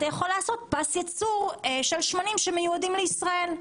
אתה יכול לעשות פס ייצור של שמנים שמיועדים לישראל.